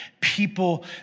People